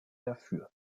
dafür